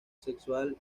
sexual